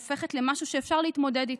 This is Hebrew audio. הופכת למשהו שאפשר להתמודד איתו,